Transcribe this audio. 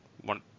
one